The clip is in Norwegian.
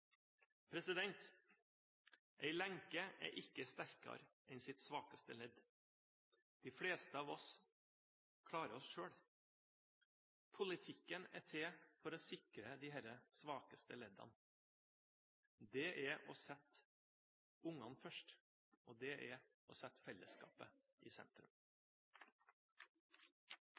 lenke er ikke sterkere enn sitt svakeste ledd. De fleste av oss klarer oss selv. Politikken er til for å sikre disse svakeste leddene. Det er å sette ungene først, og det er å sette fellesskapet i sentrum.